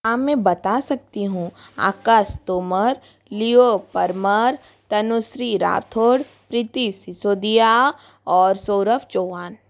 हाँ मैं बता सकती हूँ आकाश तोमर लिओ परमार तनु स्री राठौर प्रीती सिसोदिया और सौरभ चौहान